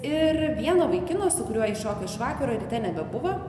ir vieno vaikino su kuriuo ji šoko iš vakaro ryte nebebuvo